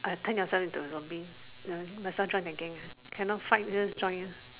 ah turn yourself into a zombie ya must well join the gang ah cannot fight just join ah